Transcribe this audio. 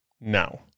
now